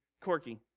Corky